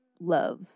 love